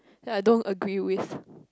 ya I don't agree with